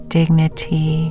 dignity